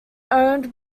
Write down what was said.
owned